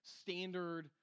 standard